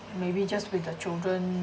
maybe just with the children